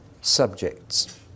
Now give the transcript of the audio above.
subjects